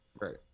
Right